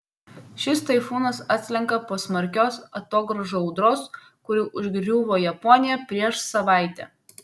šis taifūnas atslenka po smarkios atogrąžų audros kuri užgriuvo japoniją prieš savaitę